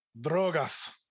Drogas